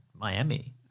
Miami